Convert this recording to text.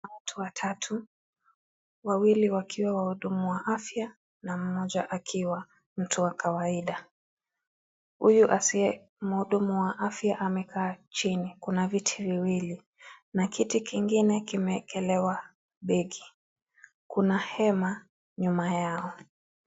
Watu watatu, wawili wakiwa wahudumu wa afya na mmoja akiwa mtu wa kawaida, huyu asiye mhudumu wa afya amekaa chini, kuna viti viwili na kiti kingine kimeekelewa begi, kuna hema nyuma yao.